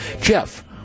Jeff